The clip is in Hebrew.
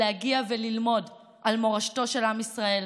להגיע וללמוד על מורשתו של עם ישראל,